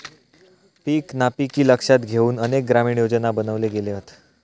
पीक नापिकी लक्षात घेउन अनेक ग्रामीण योजना बनवले गेले हत